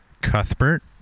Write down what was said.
Cuthbert